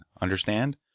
Understand